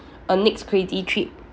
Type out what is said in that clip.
a next crazy trip